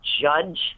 judge